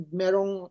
merong